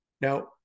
Now